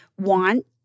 want